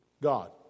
God